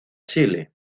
chile